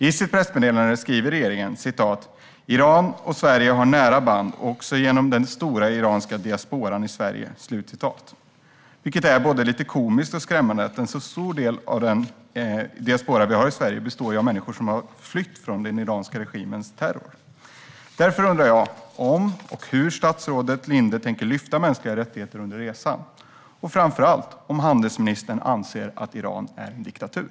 I sitt pressmeddelande skriver regeringen: Iran och Sverige har nära band också genom den stora iranska diasporan i Sverige. Detta är både lite komiskt och skrämmande, eftersom en stor del av den diaspora som vi har i Sverige består av människor som har flytt från den iranska regimens terror. Därför undrar jag om och hur statsrådet Linde tänker lyfta fram mänskliga rättigheter under resan, och framför allt om handelsministern anser att Iran är en diktatur.